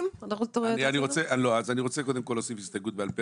אני רוצה קודם כל להוסיף הסתייגות בעל פה.